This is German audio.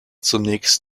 zunächst